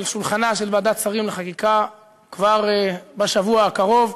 על שולחנה של ועדת השרים לחקיקה כבר בשבוע הקרוב.